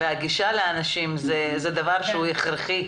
והגישה לאנשים זה דבר שהוא הכרחי.